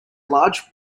large